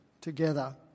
together